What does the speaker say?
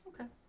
Okay